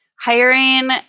hiring